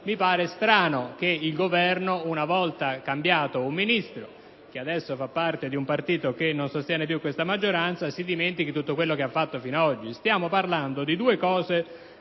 mi sembra strano che il Governo, una volta cambiato il Ministro, che adesso fa parte di un partito che non sostiene più questa maggioranza, si dimentichi tutto quello che ha fatto fino ad oggi. Stiamo parlando di due